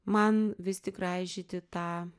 man vis tik raižyti tą